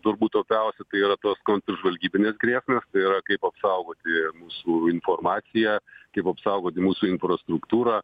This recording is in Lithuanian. turbūt opiausia tai yra tos kontržvalgybinės grėsmės tai yra kaip apsaugoti mūsų informaciją kaip apsaugoti mūsų infrastruktūrą